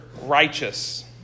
righteous